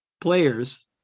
players